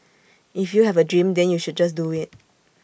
if you have A dream then you should just do IT